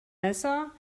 messer